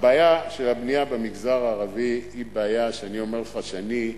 הבעיה של הבנייה במגזר הערבי היא בעיה שאני אומר לך שאני,